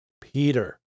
Peter